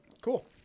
Cool